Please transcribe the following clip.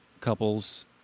couples